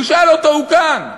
תשאל אותו, הוא כאן,